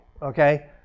Okay